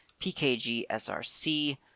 pkgsrc